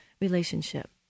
relationship